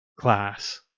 class